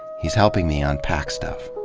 he's helping me unpack stuff.